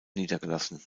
niedergelassen